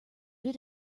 did